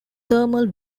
thermal